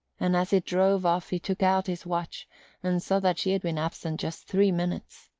and as it drove off he took out his watch and saw that she had been absent just three minutes.